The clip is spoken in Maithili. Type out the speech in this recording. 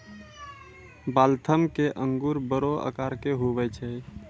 वाल्थम के अंगूर बड़ो आकार के हुवै छै